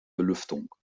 belüftung